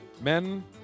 men